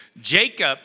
Jacob